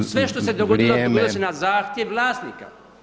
Sve što se dogodilo, dogodilo se na zahtjev vlasnika.